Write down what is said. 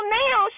now